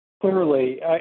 Clearly